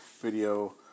video